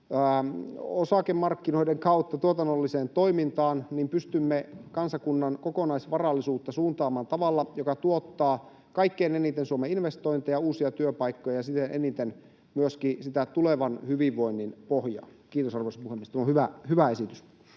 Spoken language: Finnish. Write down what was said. osakemarkkinoiden kautta, tuotannolliseen toimintaan — pystymme kansakunnan kokonaisvarallisuutta suuntaamaan tavalla, joka tuottaa kaikkein eniten Suomeen investointeja, uusia työpaikkoja ja siten eniten myöskin sitä tulevan hyvinvoinnin pohjaa. Arvoisa puhemies! Kiitos, tämä on hyvä esitys.